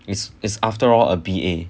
is is after all a B_A